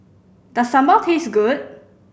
does sambal taste good